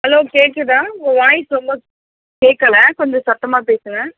hello கேட்குதா உங்கள் voice ரொம்ப கேட்கல கொஞ்சம் சத்தமாக பேசுங்கள்